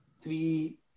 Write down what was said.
Three